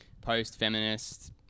post-feminist